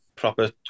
proper